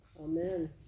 Amen